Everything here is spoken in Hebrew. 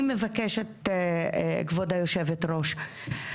אני מבקשת, כבוד יושבת הראש.